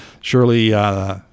Surely